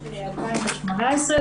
--- מ-2018,